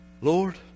Lord